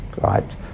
right